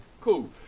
Cool